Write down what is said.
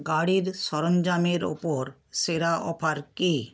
গাড়ির সরঞ্জামের ওপর সেরা অফার কী